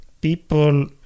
people